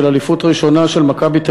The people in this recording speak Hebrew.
של אליפות ראשונה של "מכבי תל-אביב",